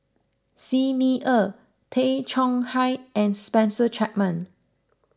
Xi Ni Er Tay Chong Hai and Spencer Chapman